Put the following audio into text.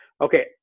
Okay